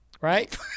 right